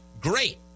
great